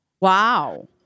Wow